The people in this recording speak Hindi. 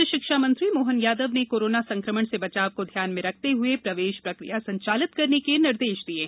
उच्च शिक्षा मंत्री मोहन यादव ने कोरोना संकमण से बचाव को ध्यान में रखते हुए प्रवेश प्रकिया संचालित करने के निर्देश दिये हैं